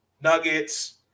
nuggets